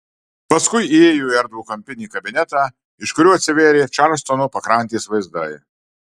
paskui įėjo į erdvų kampinį kabinetą iš kurio atsivėrė čarlstono pakrantės vaizdai